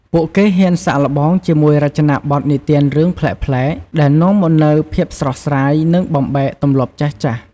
ពួកគេហ៊ានសាកល្បងជាមួយរចនាបថនិទានរឿងប្លែកៗ ដែលនាំមកនូវភាពស្រស់ស្រាយ និងបំបែកទម្លាប់ចាស់ៗ។